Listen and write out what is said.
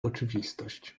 oczywistość